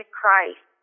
Christ